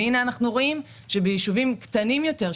והנה אנחנו רואים שבישובים קטנים יותר,